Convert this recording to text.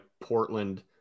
portland